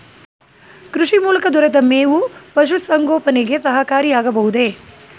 ಕೃಷಿ ಮೂಲಕ ದೊರೆತ ಮೇವು ಪಶುಸಂಗೋಪನೆಗೆ ಸಹಕಾರಿಯಾಗಬಹುದೇ?